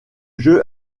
jeu